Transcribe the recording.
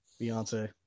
Beyonce